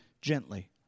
gently